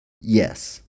Yes